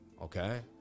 okay